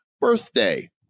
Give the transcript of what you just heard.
birthday